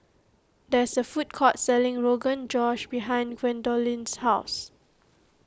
there is a food court selling Rogan Josh behind Gwendolyn's house